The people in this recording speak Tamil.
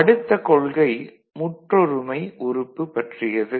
அடுத்த கொள்கை முற்றொருமை உறுப்பு பற்றியது